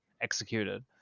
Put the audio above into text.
executed